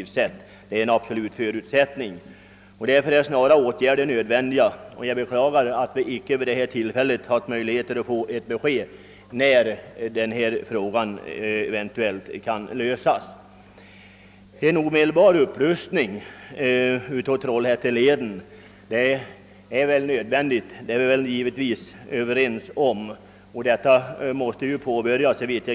En sådan lösning är en absolut förutsättning härvidlag. Därför är snara åtgärder nödvändiga, och jag beklagar att det inte vid detta tillfälle varit möjligt att få besked om när frågan eventuellt kan lösas. Att en omedelbar upprustning av Trollhätteleden är nödvändig torde vi vara Överens om, och upprustningen måste såvitt